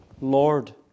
Lord